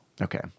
Okay